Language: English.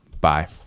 Bye